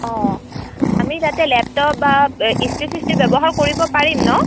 অঁ আমি তাতে লেপটপ বা ইস্ত্ৰি চিস্ত্ৰি ব্যৱহাৰ কৰিব পাৰিম ন